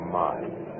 mind